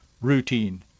routine